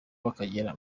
bakagera